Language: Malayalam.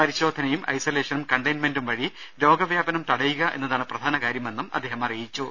പരിശോധനയും ഐസൊലേഷനും കണ്ടെയിൻമെന്റും വഴി രോഗവ്യാപനം തടയുക എന്നതാണ് പ്രധാനകാര്യമെന്നും അദ്ദേഹം പറഞ്ഞു